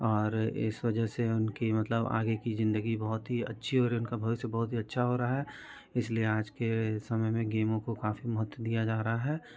और इस वजह से उनकी मतलब आगे की ज़िन्दगी बहुत ही अच्छी हो रही उनका भविष्य बहुत ही अच्छा हो रहा है इस लिए आज के समय में गेमों को काफ़ी महत्व दिया जा रहा है